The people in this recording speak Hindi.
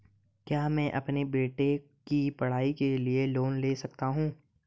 क्या मैं अपने बेटे की पढ़ाई के लिए लोंन ले सकता हूं?